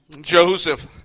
Joseph